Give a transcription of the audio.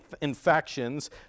infections